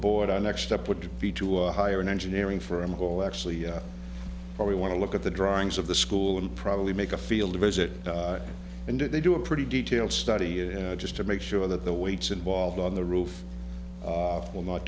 our next step would be to hire an engineering firm whole actually probably want to look at the drawings of the school and probably make a field visit and they do a pretty detailed study just to make sure that the weights involved on the roof will not